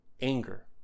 anger